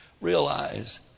Realize